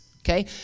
Okay